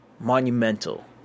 monumental